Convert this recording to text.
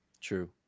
True